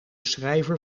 schrijver